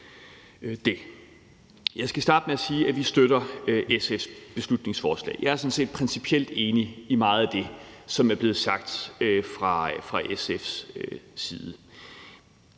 Jeg skal starte med at sige, at vi støtter SF's beslutningsforslag. Jeg er sådan set principielt enig i meget af det, som er blevet sagt fra SF's side.